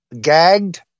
gagged